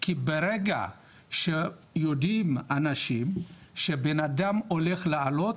כי ברגע שיודעים אנשים שבנאדם הולך לעלות,